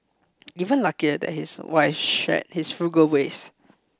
even luckier that his wife shared his frugal ways